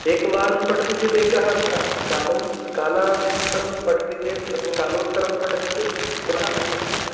एकवारं पठति चेद् एकः अर्थः कालेन कालान्तरं पठति चेत् अथवा कालोत्तरं पठति चेत् पुनः चेत् अन्यः अर्थः